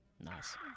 Nice